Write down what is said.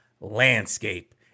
landscape